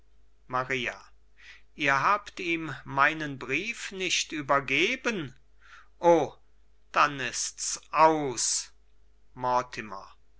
maria ihr habt ihm meinen brief nicht übergeben o dann ist's aus